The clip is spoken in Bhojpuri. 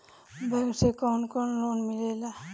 बैंक से कौन कौन लोन मिलेला?